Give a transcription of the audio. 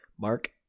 Mark